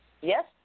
Yes